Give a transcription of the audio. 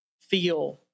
feel